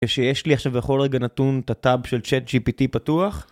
כשיש לי עכשיו בכל רגע נתון את הטאב של Chat GPT פתוח